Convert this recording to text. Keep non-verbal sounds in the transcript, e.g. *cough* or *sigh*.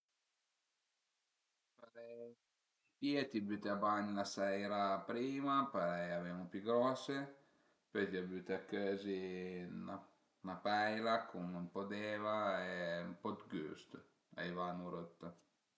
*hesitation* T'i pìe e t'i büte a bagn la seira prima parei a ven-u pi grose, pöi t'ie büte a cözi ën 'na peila cun ën po d'eva e ën po 'd güst, ai va 'n'urëtta